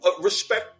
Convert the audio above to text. Respect